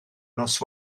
nos